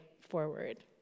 forward